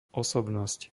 osobnosť